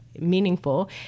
meaningful